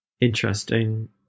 interesting